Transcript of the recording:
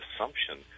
assumption